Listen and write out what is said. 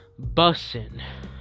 bussin